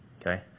okay